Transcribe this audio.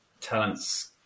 talents